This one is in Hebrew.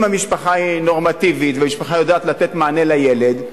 אם המשפחה היא נורמטיבית והמשפחה יודעת לתת מענה לילד,